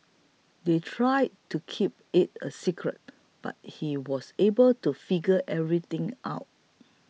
they tried to keep it a secret but he was able to figure everything out